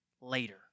later